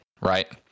right